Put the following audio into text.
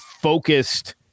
focused